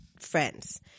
friends